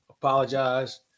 apologize